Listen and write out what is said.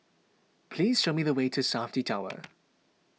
please show me the way to Safti Tower